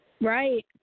Right